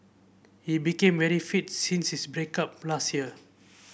he became very fit since his break up last year